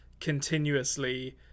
continuously